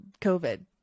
COVID